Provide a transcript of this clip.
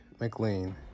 McLean